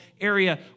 area